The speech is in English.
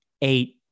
eight